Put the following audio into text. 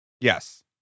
Yes